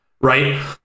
Right